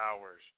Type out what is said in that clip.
hours